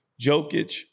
Jokic